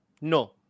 No